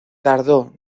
tardó